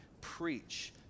preach